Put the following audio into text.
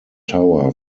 tower